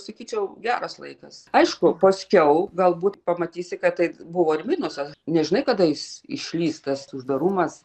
sakyčiau geras laikas aišku paskiau galbūt pamatysi kad tai buvo ir minusas nežinai kada jis išlįs tas uždarumas